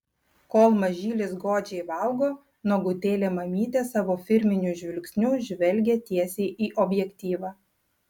kol mažylis godžiai valgo nuogutėlė mamytė savo firminiu žvilgsniu žvelgia tiesiai į objektyvą